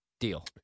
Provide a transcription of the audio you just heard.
Deal